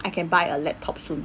I can buy a laptop soon